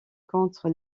contre